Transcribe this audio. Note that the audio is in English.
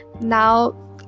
now